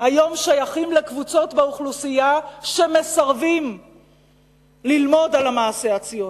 היום שייכים לקבוצות באוכלוסייה שמסרבות ללמוד על המעשה הציוני,